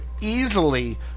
easily